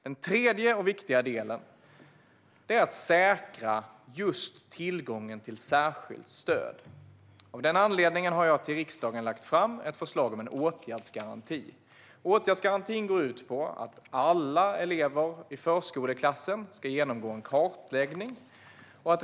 Den tredje och viktiga delen är att säkra just tillgången till särskilt stöd. Av den anledningen har jag till riksdagen lagt fram ett förslag om en åtgärdsgaranti. Den går ut på att alla elever i förskoleklassen ska genomgå en kartläggning.